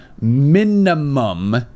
minimum